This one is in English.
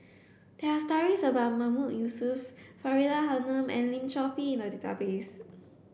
there are stories about Mahmood Yusof Faridah Hanum and Lim Chor Pee in the database